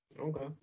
Okay